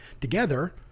together